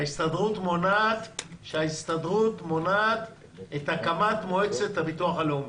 שההסתדרות מונעת את הקמת מועצת הביטוח הלאומי.